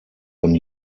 von